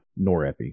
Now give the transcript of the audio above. Norepi